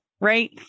right